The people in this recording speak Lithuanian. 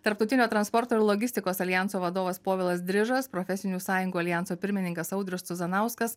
tarptautinio transporto ir logistikos aljanso vadovas povilas drižas profesinių sąjungų aljanso pirmininkas audrius cuzanauskas